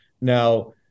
Now